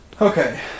Okay